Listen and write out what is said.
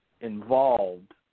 involved